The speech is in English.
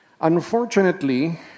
Unfortunately